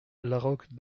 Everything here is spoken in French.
laroque